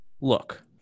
Look